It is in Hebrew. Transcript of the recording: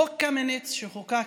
חוק קמיניץ, שחוקק